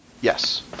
Yes